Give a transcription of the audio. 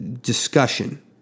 Discussion